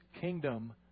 Kingdom